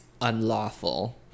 unlawful